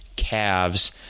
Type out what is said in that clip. calves